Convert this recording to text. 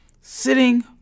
sitting